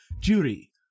Jury